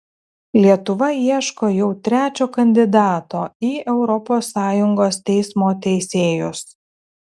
lietuva ieško jau trečio kandidato į europos sąjungos teismo teisėjus